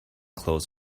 clothes